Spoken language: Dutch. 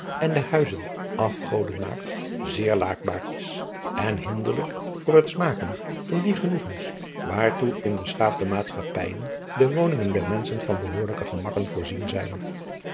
en de huizen afgoden maakt zeer laakbaar is en hinderlijk voor het smaken van die genoegens waartoe in beschaafde maatschappijen de woningen der meschen van behoorlijke gemakken voorzien zijn